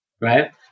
right